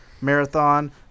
Marathon